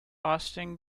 austin